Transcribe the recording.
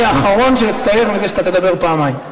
אני האחרון שאצטער שאתה תדבר פעמיים.